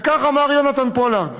וכך אמר יונתן פולארד